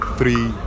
three